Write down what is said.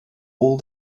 all